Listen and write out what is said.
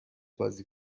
بازی